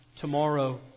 tomorrow